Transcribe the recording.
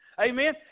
Amen